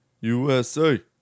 USA